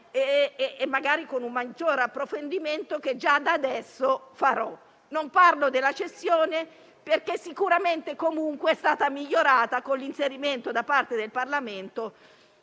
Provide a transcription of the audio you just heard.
magari con un maggiore approfondimento, che già da adesso farò. Non parlo della cessione del credito, perché comunque è stata già migliorata con l'inserimento, da parte del Parlamento,